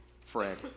Fred